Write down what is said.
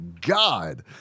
god